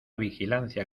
vigilancia